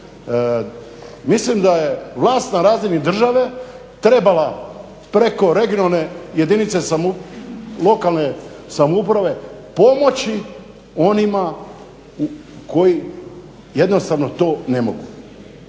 Mislim da je vlast na razini države trebala preko regionalne jedinice lokalne samouprave pomoći onima koji jednostavno to ne mogu.